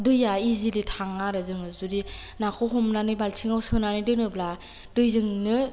दैया इजिलि थाङा आरो जोङो जुदि नाखौ हमनानै बालथिङाव सोनानै दोनोब्ला दैजोंनो